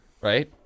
right